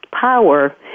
power